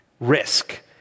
risk